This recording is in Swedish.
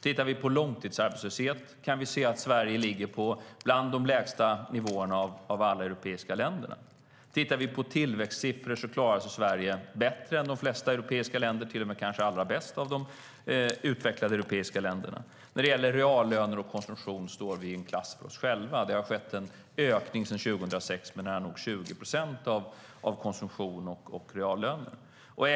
Tittar vi på långtidsarbetslösheten ser vi att Sverige har en av de lägsta nivåerna i Europa. Tillväxtsiffrorna visar att Sverige klarar sig bättre än de flesta europeiska länder, kanske till och med allra bäst av de utvecklade europeiska länderna. När det gäller reallöner och konsumtion står Sverige i en klass för sig. Sedan 2006 har det skett en ökning av reallöner och konsumtion med nära 20 procent.